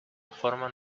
forman